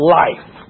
life